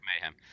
Mayhem